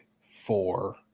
four